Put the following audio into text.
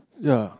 ya